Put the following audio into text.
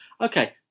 Okay